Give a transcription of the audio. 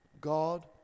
God